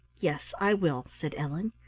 yes, i will, said ellen.